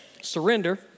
surrender